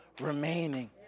remaining